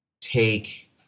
take